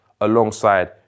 alongside